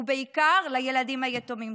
ובעיקר לילדים היתומים.